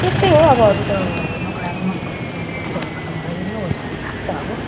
त्यस्तै हो अब अरू त नकारात्मक पक्षहरूमा त मलाई यही नै हो जस्तो लाग्छ अब